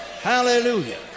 Hallelujah